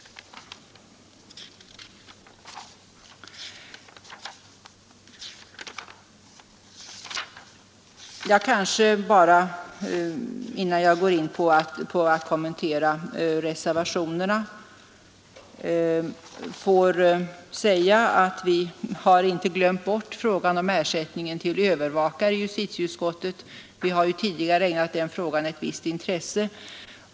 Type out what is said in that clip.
Innan jag går in på att kommentera reservationerna kanske jag får säga att vi i justitieutskottet inte har glömt bort frågan om ersättning åt övervakare. Tidigare har vi ägnat den frågan ett visst intresse.